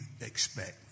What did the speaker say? expect